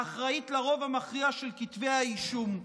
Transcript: האחראית לרוב המכריע של כתבי האישום.